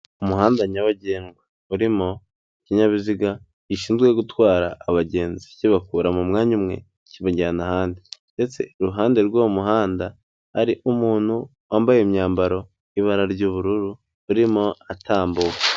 Umuhanda nyabagendwa urimo ikinyabiziga gishinzwe gutwara abagenzi ki bakura mu mwanya umwe kibajyana ahandi, ndetse iruhande rw'uwo muhanda, hari umuntu wambaye imyambaro y'ibara ry'ubururu urimo atambuka.